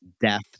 death